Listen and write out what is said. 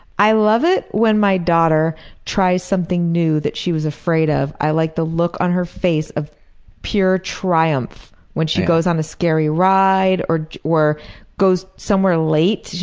i love it when my daughter tries something new that she was afraid of. i like the look on her face of pure triumph when she goes on a scary ride, or goes somewhere late,